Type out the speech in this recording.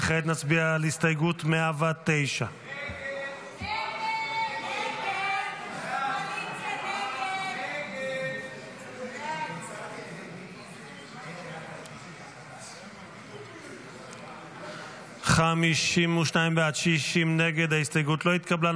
וכעת נצביע על הסתייגות 109. הסתייגות 109 לא נתקבלה.